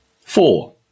four